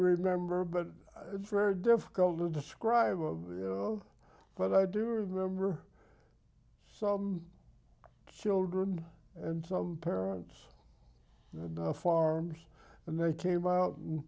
remember but it's very difficult to describe but i do remember some children and some parents farms and they came out